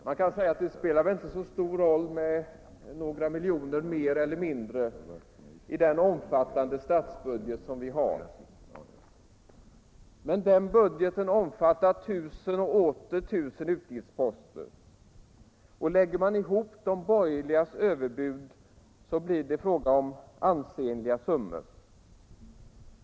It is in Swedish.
Man kan säga att några miljoner mer eller mindre inte spelar så stor roll i den omfattande statsbudget som vi har. Men den budgeten omfattar tusen och åter tusen utgiftsposter. Lägger man ihop de borgerligas överbud blir det fråga om ansenliga summor.